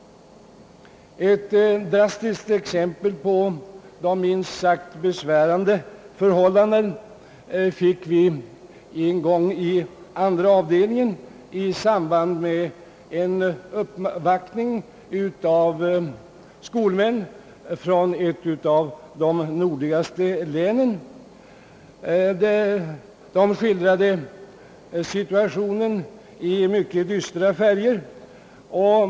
Ett drastiskt exempel på de minst sagt besvärande förhållandena fick vi en gång i andra avdelningen i samband med en uppvaktning av skolmän från ett av de nordligaste länen. De skildrade situationen i mycket dystra färger.